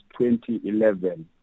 2011